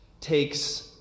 takes